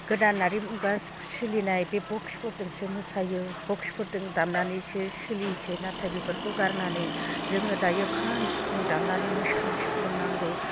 गोदानारि मुगा सोलिनाय बे बक्सफोरदोंसो मोसायो बक्सफोरदों दामनानै सोलिसै नाथाय बेफोरखो गारनानै जोङो दायो खाम सिफुं दामनानै मोसानो सोलोंनांगौ